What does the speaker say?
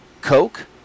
Coke